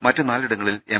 മറ്റ് നാലിടങ്ങളിൽ എം